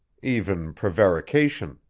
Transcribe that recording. even prevarication,